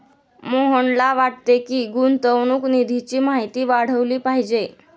मोहनला वाटते की, गुंतवणूक निधीची माहिती वाढवली पाहिजे